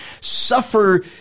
suffer